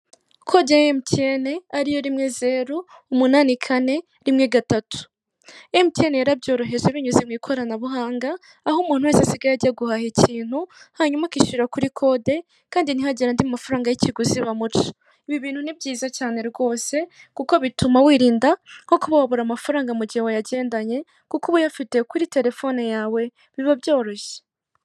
kode ya mtn ariyo rimwe zeru umunani kane rimwe gatatu mtn yarabyoroheje binyuze mu ikoranabuhanga aho umuntu wese asigaye ajya guhaha ikintu hanyuma ukishyura kuri kode kandi ntihagire andi mafaranga y'ikiguzi bamuca ibi bintu ni byiza cyane rwose kuko bituma wirinda nko kuba wabura amafaranga mu gihe wayagendanye kuko uba wifite kuri telefone yawe biba byoroshye